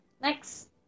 next